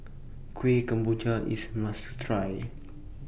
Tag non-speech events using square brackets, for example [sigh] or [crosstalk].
Kueh Kemboja IS must Try [noise]